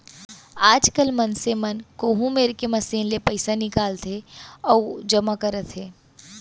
आजकाल मनसे मन कोहूँ मेर के मसीन ले पइसा निकालत हें अउ जमा करत हें